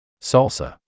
Salsa